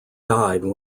died